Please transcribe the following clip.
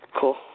Cool